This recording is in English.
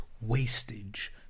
wastage